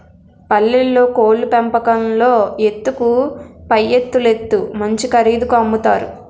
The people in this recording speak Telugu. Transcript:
పల్లెల్లో కోళ్లు పెంపకంలో ఎత్తుకు పైఎత్తులేత్తు మంచి ఖరీదుకి అమ్ముతారు